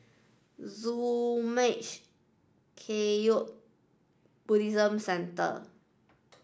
Zurmang Kagyud Buddhist Centre